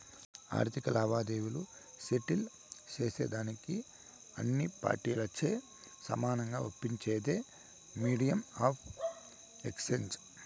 ఆర్థిక లావాదేవీలు సెటిల్ సేసేదానికి అన్ని పార్టీలచే సమానంగా ఒప్పించేదే మీడియం ఆఫ్ ఎక్స్చేంజ్